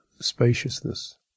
spaciousness